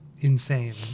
insane